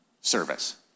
service